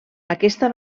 aquesta